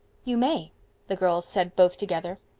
you, may the girls said both together.